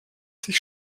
sich